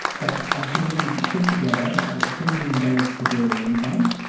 but our community put together ten million dollars to build a windfarm.